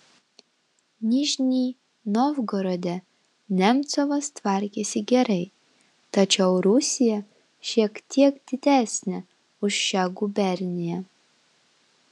nižnij novgorode nemcovas tvarkėsi gerai tačiau rusija šiek tiek didesnė už šią guberniją